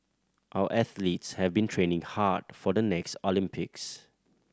our athletes have been training hard for the next Olympics